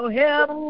help